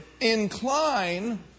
Incline